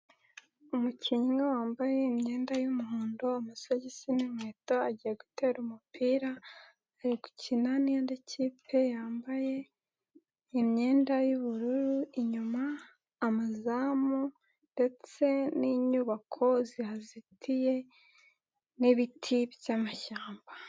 Umukinnyi wambaye imyenda y'umuhondo amasogisi n'inkweto agiye gutera umupira, ari gukina ndi kipe yambaye imyenda y'ubururu, inyuma amazamu ndetse n'inyubako zihazitiye n'ibiti by'amashyamba.